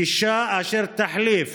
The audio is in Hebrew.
גישה אשר תחליף